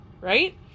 right